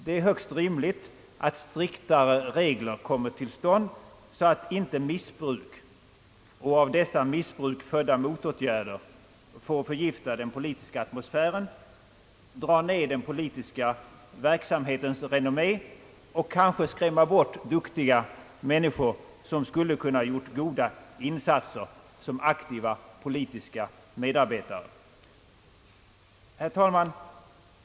Det är högst rimligt att strikta regler kommer till stånd, så att inte missbruk och av dessa missbruk födda motåtgärder får förgifta den politiska atmosfären, dra ned den politiska verksamhetens renommé och kanske skrämma bort duktiga människor, som skulle kunnat göra goda insatser som aktiva politiska medarbetare. Herr talman!